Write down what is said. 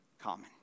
common